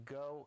go